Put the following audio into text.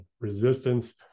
resistance